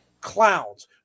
clowns